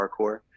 parkour